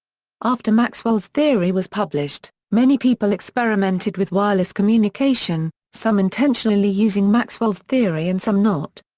after maxwell's theory was published, many people experimented with wireless communication, some intentionally using maxwell's theory and some not.